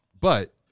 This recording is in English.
But-